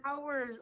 hours